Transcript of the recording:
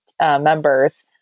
members